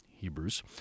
Hebrews